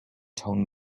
tone